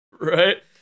Right